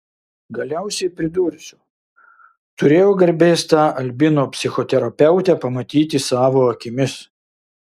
galiausiai pridursiu turėjau garbės tą albino psichoterapeutę pamatyti savo akimis